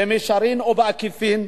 במישרין או בעקיפין,